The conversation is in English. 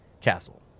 castle